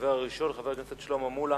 והדובר הראשון הוא חבר הכנסת שלמה מולה